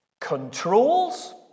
controls